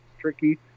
tricky